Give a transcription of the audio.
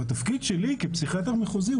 התפקיד שלי כפסיכיאטר מחוזי,